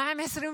מה עם 2025?